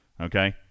okay